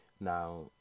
Now